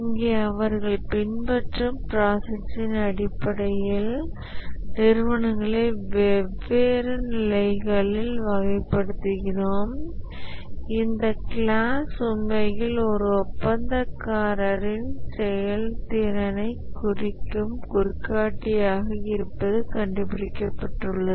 இங்கே அவர்கள் பின்பற்றும் ப்ராசஸ்ஸின் அடிப்படையில் நிறுவனங்களை வெவ்வேறு நிலைகளில் வகைப்படுத்துகிறோம் இந்த கிளாஸ் உண்மையில் ஒரு ஒப்பந்தக்காரரின் செயல்திறனைக் குறிக்கும் குறிகாட்டியாக இருப்பது கண்டறியப்பட்டுள்ளது